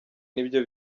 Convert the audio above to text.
nibyo